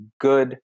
good